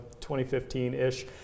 2015-ish